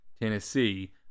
Tennessee